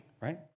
right